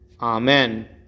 Amen